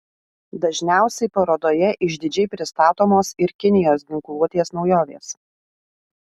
dažniausiai parodoje išdidžiai pristatomos ir kinijos ginkluotės naujovės